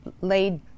laid